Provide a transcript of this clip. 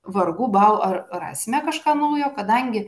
vargu bau ar rasime kažką naujo kadangi